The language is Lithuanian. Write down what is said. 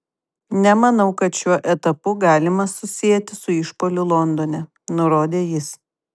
nemanau kad šiuo etapu galima susieti su išpuoliu londone nurodė jis